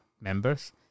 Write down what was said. members